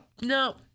No